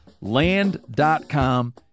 Land.com